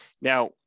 Now